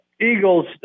Eagles